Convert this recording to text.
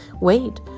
Wait